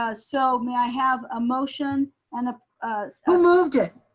ah so may i have a motion? and ah who moved it?